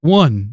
one